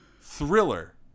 Thriller